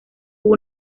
hubo